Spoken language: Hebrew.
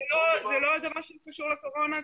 -- זה לא דבר שקשור לקורונה,